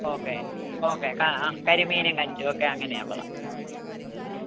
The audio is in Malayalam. ഓക്കേ ഓക്കേ ആ കരിമീനും കൊഞ്ചും ഒക്കെ അങ്ങനെയുള്ളതാണ്